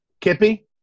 kippy